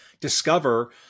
discover